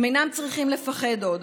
הם אינם צריכים לפחד עוד,